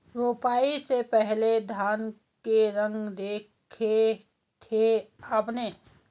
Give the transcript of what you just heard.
रोपाई से पहले धान के रंग देखे थे आपने?